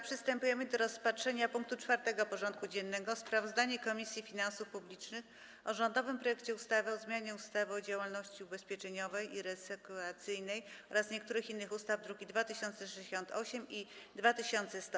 Przystępujemy do rozpatrzenia punktu 4. porządku dziennego: Sprawozdanie Komisji Finansów Publicznych o rządowym projekcie ustawy o zmianie ustawy o działalności ubezpieczeniowej i reasekuracyjnej oraz niektórych innych ustaw (druki nr 2068 i 2100)